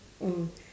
mm